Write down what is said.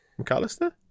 McAllister